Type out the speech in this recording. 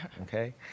Okay